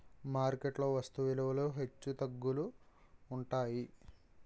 market లో వస్తు విలువలు హెచ్చుతగ్గులు ఉంటాయి